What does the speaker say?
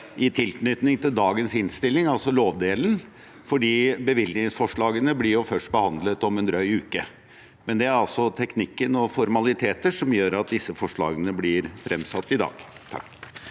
i tilknytning til dagens innstilling, altså lovdelen, for bevilgningsforslagene blir først behandlet om en drøy uke, men det er altså teknikken og formaliteter som gjør at disse forslagene blir tatt opp i dag.